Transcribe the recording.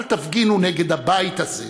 אל תפגינו נגד הבית הזה,